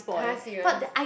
!huh! serious